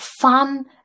fun